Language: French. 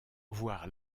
voir